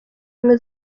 ubumwe